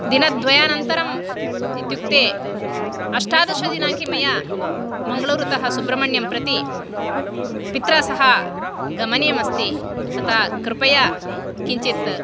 दिनद्वयनन्तरं इत्युक्ते अष्टादशदिनाङ्के मया मङ्गलूरु तः सुब्रह्मण्यं प्रति पित्रा सह गमनीयम् अस्ति अत कृपया किञ्चित्